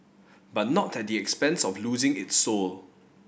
but not at the expense of losing its soul